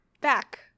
back